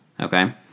okay